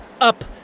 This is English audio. up